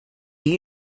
you